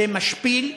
זה משפיל,